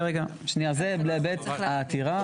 זה להיבט העתירה.